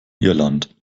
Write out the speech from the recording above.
irland